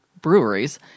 breweries